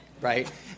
right